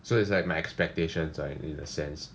so it's like my expectations ah in a sense